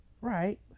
Right